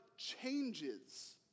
changes